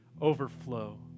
overflow